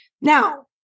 now